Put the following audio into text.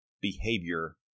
behavior